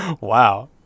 Wow